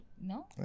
No